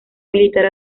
militar